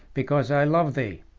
because i love thee.